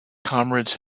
comrades